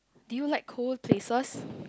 do you like cold places